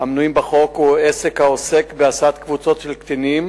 המנויים בחוק הוא עסק העוסק בהסעת קבוצות של קטינים